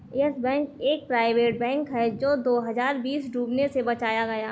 yes Bank एक private bank है जो दो हज़ार बीस में डूबने से बचाया गया